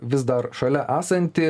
vis dar šalia esanti